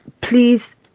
please